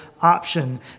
option